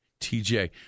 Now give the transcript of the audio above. TJ